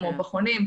כמו פחונים,